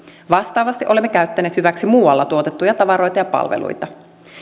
vastaavasti olemme käyttäneet hyväksi muualla tuotettuja tavaroita ja palveluita